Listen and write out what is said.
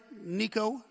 Nico